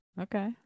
Okay